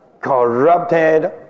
corrupted